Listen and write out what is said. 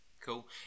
cool